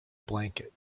blanket